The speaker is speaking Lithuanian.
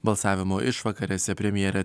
balsavimo išvakarėse premjerė